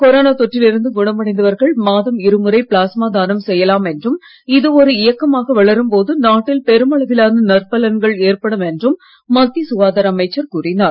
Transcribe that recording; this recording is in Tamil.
கொரோனா தொற்றில் இருந்து குணமடைந்தவர்கள் மாதம் இருமுறை பிளாஸ்மா தானம் செய்யலாம் என்றும் இது ஒரு இயக்கமாக வளரும் போது நாட்டில் பெருளவிலான நற்பலன்கள் ஏற்படும் என்றும் மத்திய சுகாதார அமைச்சர் கூறினார்